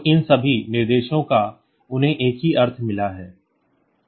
तो इन सभी निर्देशों का उन्हें एक ही अर्थ मिला है